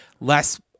less